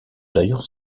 d’ailleurs